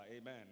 Amen